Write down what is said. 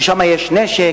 שם יש נשק,